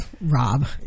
Rob